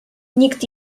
nikt